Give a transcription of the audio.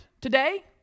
today